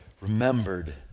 remembered